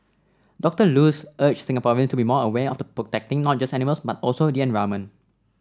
Doctor Luz urged Singaporean to be more aware of protecting not just animals but also the environment